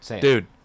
dude